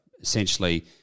essentially